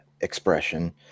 expression